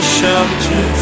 shelter